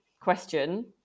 question